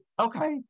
okay